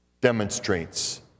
demonstrates